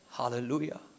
Hallelujah